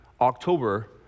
October